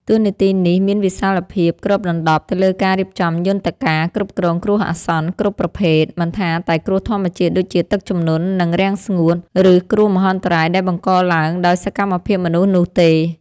តួនាទីនេះមានវិសាលភាពគ្របដណ្ដប់ទៅលើការរៀបចំយន្តការគ្រប់គ្រងគ្រោះអាសន្នគ្រប់ប្រភេទ មិនថាតែគ្រោះធម្មជាតិដូចជាទឹកជំនន់ និងរាំងស្ងួត ឬគ្រោះមហន្តរាយដែលបង្កឡើងដោយសកម្មភាពមនុស្សនោះទេ។